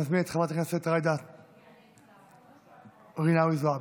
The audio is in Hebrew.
אני מזמין את חברת הכנסת ג'ידא רינאוי זועבי.